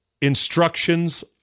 instructions